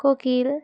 কোকিল